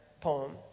poem